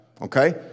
Okay